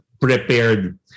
prepared